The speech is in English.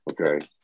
Okay